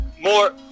More